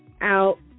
out